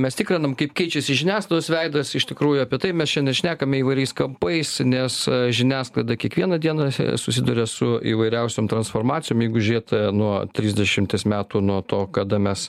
mes tikrinam kaip keičiasi žiniasklaidos veidas iš tikrųjų apie tai mes šiandien šnekame įvairiais kampais nes žiniasklaida kiekvieną dieną susiduria su įvairiausiom transformacijom jeigu žiūrėt nuo trisdešimties metų nuo to kada mes